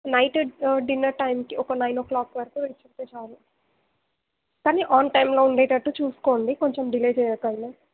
night dinner టైంకి ఒక nine o'clock వరకు వస్తే చాలు కానీ ఆన్ టైంలో ఉండేటట్టు చూసుకోండి కొంచెం డిలే చేయకండి